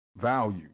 value